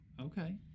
Okay